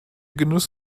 genuss